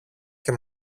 και